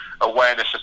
awareness